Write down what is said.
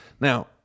Now